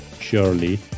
surely